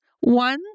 One